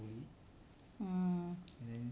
mm